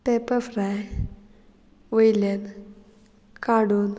पेपरफ्राय वयल्यान काडून